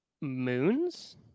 moons